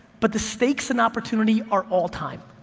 but the stakes and opportunity are all time,